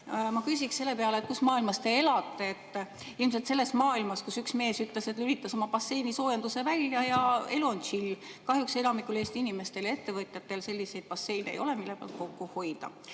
Ma küsin selle peale, kus maailmas te elate. Ilmselt selles maailmas, kus üks mees ütles, et lülitas oma basseini soojenduse välja ja elu on tšill. Kahjuks enamikul Eesti inimestel ja ettevõtjatel selliseid basseine ei ole, mille pealt kokku hoida.